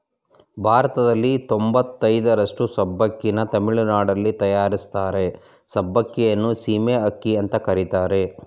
ಭಾರತದಲ್ಲಿ ತೊಂಬತಯ್ದರಷ್ಟು ಸಬ್ಬಕ್ಕಿನ ತಮಿಳುನಾಡಲ್ಲಿ ತಯಾರಿಸ್ತಾರೆ ಸಬ್ಬಕ್ಕಿಯನ್ನು ಸೀಮೆ ಅಕ್ಕಿ ಅಂತ ಕರೀತಾರೆ